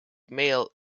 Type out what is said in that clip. mail